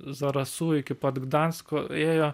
zarasų iki pat gdansko ėjo